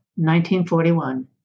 1941